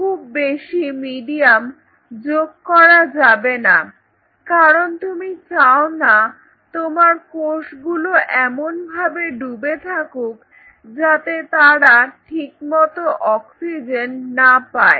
খুব বেশি মিডিয়াম যোগ করা যাবে না কারণ তুমি চাও না তোমার কোষগুলো এমনভাবে ডুবে থাকুক যাতে তারা ঠিকমতো অক্সিজেন না পায়